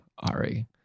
Ari